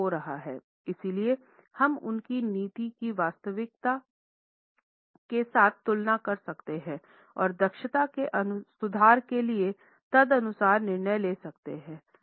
इसलिए हम उनकी नीति की वास्तविक के साथ तुलना कर सकते हैं और दक्षता में सुधार के लिए तदनुसार निर्णय ले सकते हैं